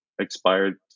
expired